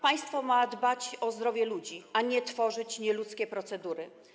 Państwo ma dbać o zdrowie ludzi, a nie tworzyć nieludzkie procedury.